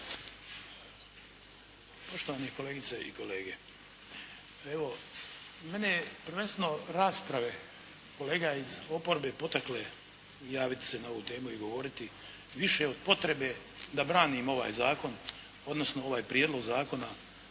Poštovani kolegice i kolege. Evo, mene prvenstveno rasprave kolega iz oporbe potakle javit se na ovu temu i govoriti više od potrebe da branim ovaj zakon, odnosno ovaj Prijedlog zakona